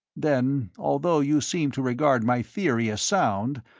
then, although you seemed to regard my theory as sound,